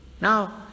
Now